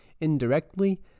indirectly